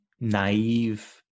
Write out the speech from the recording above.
naive